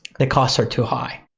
the costs are too high.